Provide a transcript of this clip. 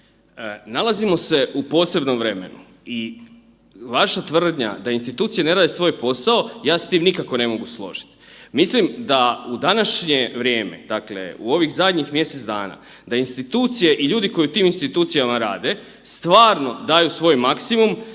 Nalazimo se u posebnom vremenu i vaša tvrdnja da institucije ne rade svoj posao, ja se s tim nikako ne mogu složit. Mislim da u današnje vrijeme, dakle u ovih zadnjih mjesec dana da institucije i ljudi koji u tim institucijama rade stvarno daju svoj maksimum